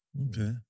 Okay